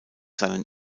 seinen